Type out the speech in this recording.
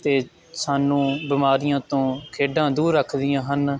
ਅਤੇ ਸਾਨੂੰ ਬਿਮਾਰੀਆਂ ਤੋਂ ਖੇਡਾਂ ਦੂਰ ਰੱਖਦੀਆਂ ਹਨ